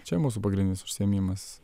čia mūsų pagrindinis užsiėmimas